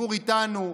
הציבור איתנו.